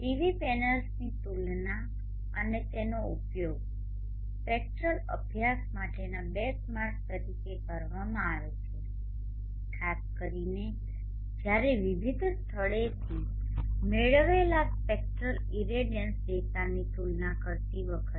PV પેનલ્સની તુલના અને તેનો ઉપયોગ સ્પેક્ટ્રલ અભ્યાસ માટેના બેંચમાર્ક તરીકે કરવામાં આવે છે ખાસ કરીને જ્યારે વિવિધ સ્થળોએથી મેળવેલા સ્પેક્ટ્રલ ઇરેડિયન્સ ડેટાની તુલના કરતી વખતે